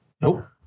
Nope